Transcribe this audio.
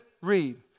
Read